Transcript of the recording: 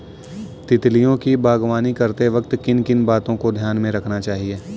तितलियों की बागवानी करते वक्त किन किन बातों को ध्यान में रखना चाहिए?